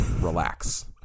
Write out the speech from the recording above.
relax